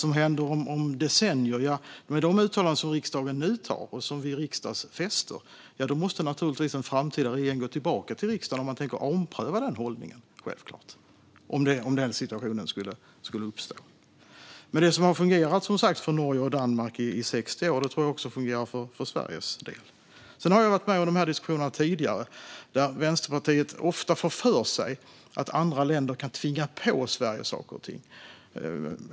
När det gäller vad som kan komma att hända om decennier kan jag bara säga att då måste naturligtvis en framtida regering gå tillbaka till riksdagen om man tänker ompröva den hållning som vi nu riksdagsfäster. Men det som har fungerat för Norge och Danmark i 60 år tror jag också fungerar för Sveriges del. Sedan har jag varit med om sådana här diskussioner tidigare där Vänsterpartiet får för sig att andra länder kan tvinga på Sverige saker och ting.